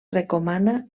recomana